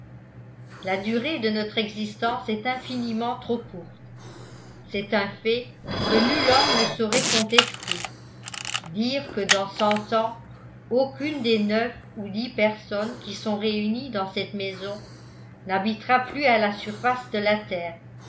la durée de notre existence est infiniment trop courte c'est un fait que nul homme ne saurait contester dire que dans cent ans aucune des neuf ou dix personnes qui sont réunies dans cette maison n'habitera plus à la surface de la terre